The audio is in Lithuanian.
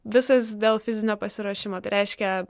visas dėl fizinio pasiruošimo tai reiškia